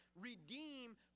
redeem